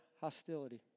hostility